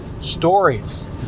stories